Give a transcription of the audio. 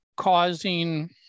causing